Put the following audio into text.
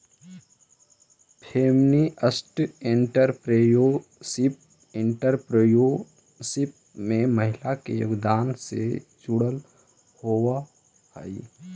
feminist entrepreneurship entrepreneurship में महिला के योगदान से जुड़ल होवऽ हई